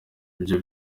ibyo